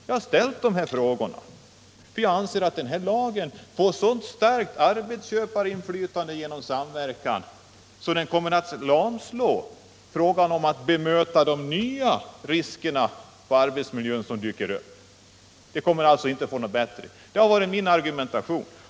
Jag har ställt dessa frågor eftersom jag anser att den här lagen får så starkt arbetsköparinflytande att det kommer att lamslå arbetet på att möta de nya risker för arbetsmiljön som dyker upp. Det har varit min argumentation.